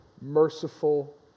merciful